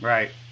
Right